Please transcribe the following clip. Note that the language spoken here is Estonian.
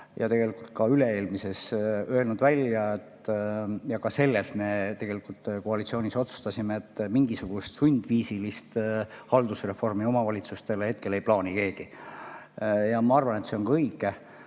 ja tegelikult ka üle-eelmises, öelnud välja, ja ka selles koalitsioonis me tegelikult otsustasime, et mingisugust sunniviisilist haldusreformi omavalitsustele hetkel ei plaani keegi. Ma arvan, et see on ka õige.